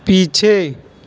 पीछे